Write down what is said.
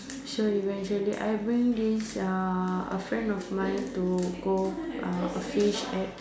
so eventually I bring this uh a friend of mine to go uh fish at